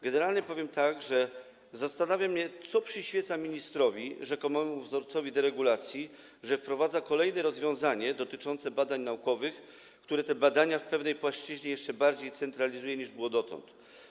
Generalnie powiem tak, że zastanawia mnie, co przyświeca ministrowi, rzekomemu wzorcowi deregulacji, że wprowadza kolejne rozwiązanie dotyczące badań naukowych, które te badania w pewnej płaszczyźnie jeszcze bardziej centralizuje, niż było dotąd.